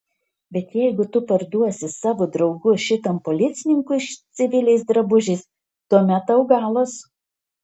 bet jeigu tu parduosi savo draugus šitam policininkui civiliais drabužiais tuomet tau galas